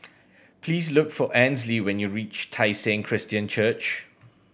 please look for Ansley when you reach Tai Seng Christian Church